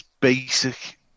basic